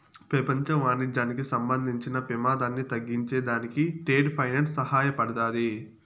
పెపంచ వాణిజ్యానికి సంబంధించిన పెమాదాన్ని తగ్గించే దానికి ట్రేడ్ ఫైనాన్స్ సహాయపడతాది